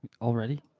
Already